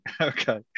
okay